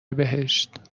بهشت